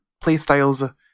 playstyles